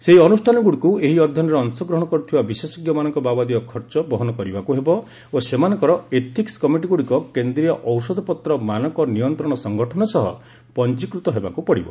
ସେହି ଅନୁଷ୍ଠାନଗୁଡ଼ିକୁ ଏହି ଅଧ୍ୟୟନରେ ଅଂଶଗ୍ରହଣ କରୁଥିବା ବିଶେଷଜ୍ଞମାନଙ୍କ ବାବଦୀୟ ଖର୍ଚ୍ଚ ବହନ କରିବାକୃ ହେବ ଓ ସେମାନଙ୍କର ଏଥିକ୍ କମିଟିଗୁଡ଼ିକ କେନ୍ଦ୍ରୀୟ ଔଷଧପତ୍ର ମାନକ ନିୟନ୍ତ୍ରଣ ସଂଗଠନ ସହ ପଞ୍ଜିକୃତ ହେବାକୁ ପଡ଼ିବ